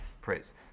Praise